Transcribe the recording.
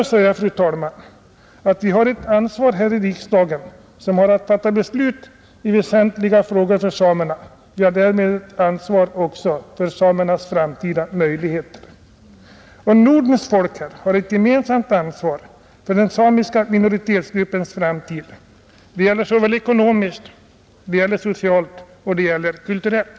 Jag vill sluta med att säga att när vi här i riksdagen skall fatta beslut i för samerna väsentliga frågor har vi också ett gemensamt ansvar för samernas framtida möjligheter. Nordens folk har ett gemensamt ansvar för den samiska minoritetsgruppens framtid — det gäller såväl ekonomiskt som socialt och kulturellt.